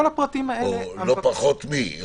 או "לא פחות מ".